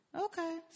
Okay